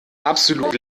absolut